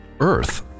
earth